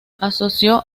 asoció